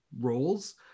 roles